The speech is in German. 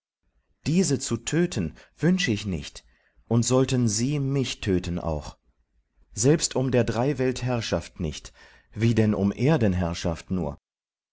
diese zu töten wünsch ich nicht und sollten sie mich töten auch selbst um der dreiwelt herrschaft nicht wie denn um erdenherrschaft nur